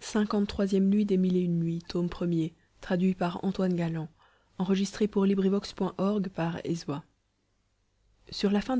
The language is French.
sur la fin de